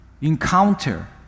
encounter